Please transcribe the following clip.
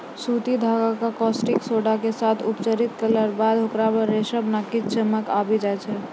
सूती धागा कॅ कास्टिक सोडा के साथॅ उपचारित करला बाद होकरा मॅ रेशम नाकी चमक आबी जाय छै